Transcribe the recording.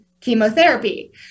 chemotherapy